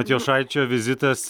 matijošaičio vizitas